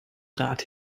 rad